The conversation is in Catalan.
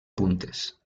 puntes